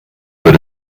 wird